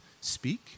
speak